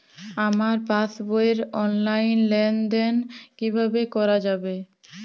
আমার পাসবই র অনলাইন লেনদেন কিভাবে করা যাবে?